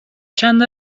چند